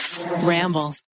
Ramble